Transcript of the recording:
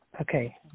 Okay